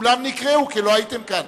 כולם נקראו, כי לא הייתם כאן.